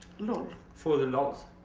lol? for the lulz.